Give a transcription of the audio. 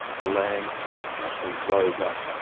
the land actually rose up,